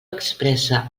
expressa